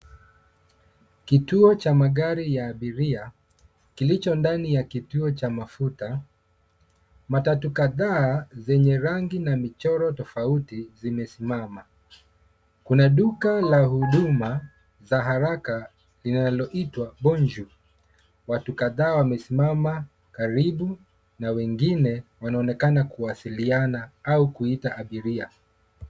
Kituo cha magari ya abiria, kilicho ndani ya kituo cha mafuta. Matatu kadhaa zenye rangi na michoro tofauti zimesimama. Kuna duka la huduma za haraka, linaloitwa bonjour . Watu kadhaa wamesimama karibu na wengine wanaonekana kuwasiliana au kuita abiria.